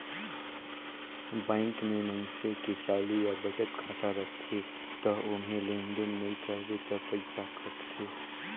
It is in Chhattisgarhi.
बैंक में मइनसे के चालू या बचत खाता रथे त ओम्हे लेन देन नइ करबे त पइसा कटथे